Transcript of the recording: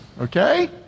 Okay